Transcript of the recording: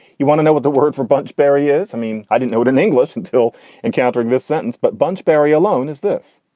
you want to know what the word for bunch berry is? i mean, i didn't know it in english until encountering this sentence, but bunch berry alone, is this